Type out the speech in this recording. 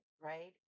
right